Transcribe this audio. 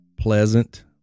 pleasant